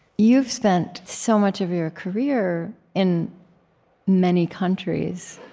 you've spent so much of your career in many countries,